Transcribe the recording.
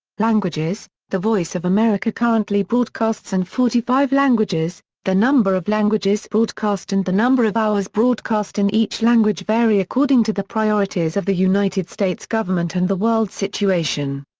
languages the voice of america currently broadcasts in and forty five languages the number of languages broadcast and the number of hours broadcast in each language vary according to the priorities of the united states government and the world situation.